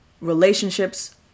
relationships